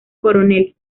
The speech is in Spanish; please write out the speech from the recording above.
coronel